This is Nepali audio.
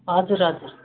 हजुर हजुर